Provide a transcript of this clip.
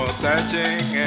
searching